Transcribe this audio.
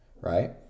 Right